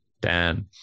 Dan